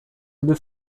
gdy